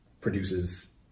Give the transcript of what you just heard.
produces